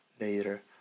later